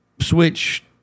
Switch